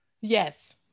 Yes